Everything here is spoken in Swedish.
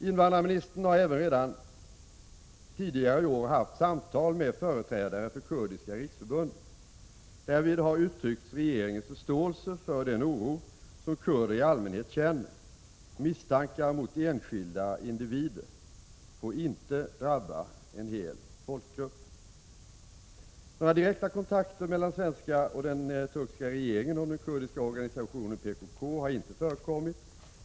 Invandrarministern har även redan tidigare i år haft samtal med företrädare för Kurdiska riksförbundet. Därvid har uttryckts regeringens förståelse för den oro som kurder i allmänhet känner. Misstankar mot enskilda individer får inte drabba en hel folkgrupp. Några direkta kontakter mellan den svenska och den turkiska regeringen om den kurdiska organisationen PKK har inte förekommit.